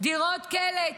דירות קלט,